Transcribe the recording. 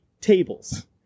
tables